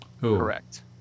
Correct